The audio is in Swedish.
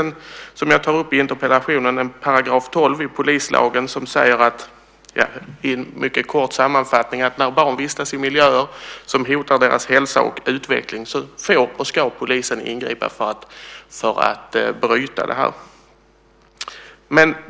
I 12 § polislagen - jag tar upp paragrafen i interpellationen - framgår, i kort sammanfattning, att när barn vistas i miljöer som hotar deras hälsa och utveckling får och ska polisen ingripa för att bryta detta.